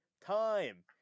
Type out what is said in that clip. time